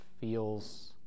feels